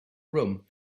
room